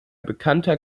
bekannter